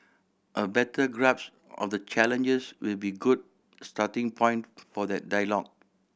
a better grapes of the challenges will be good starting point for that dialogue